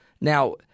Now